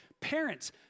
Parents